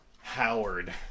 Howard